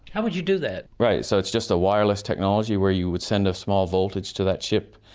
how would you do that? right, so it's just a wireless technology where you would send a small voltage to that chip.